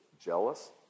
jealous